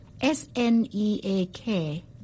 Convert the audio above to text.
S-N-E-A-K